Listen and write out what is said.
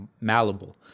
malleable